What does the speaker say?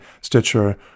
Stitcher